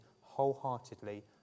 wholeheartedly